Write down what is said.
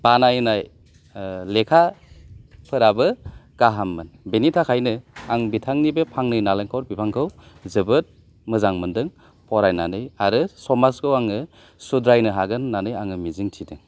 बानायनाय लेखाफोराबो गाहाममोन बेनि थाखायनो आं बिथांनि बे फांनै नालेंखर बिफांखौ जोबोद मोजां मोनदों फरायनानै आरो समाजखौ आङो सुद्रायनो हागोन होननानै आङो मिजिंथिदों